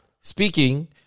speaking